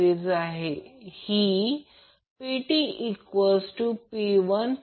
अन्यथा जर P2 P1 negative म्हणजे लोड कपासीटीव्ह असेल